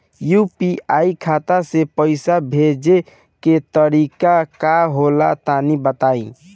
UPI खाता से पइसा भेजे के तरीका का होला तनि बताईं?